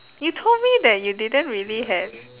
you told me that you didn't really have